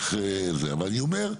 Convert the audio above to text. אבל אני אומר,